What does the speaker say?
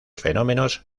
fenómenos